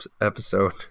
episode